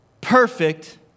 perfect